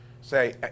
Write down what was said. say